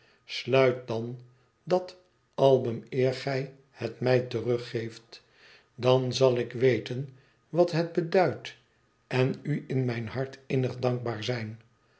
dan dat album eer gij het mij teruggeeft dan zal ik weten wat het beduidt en u in mijn hart innig dankbaar zijn